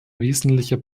wesentlicher